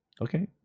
Okay